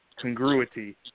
congruity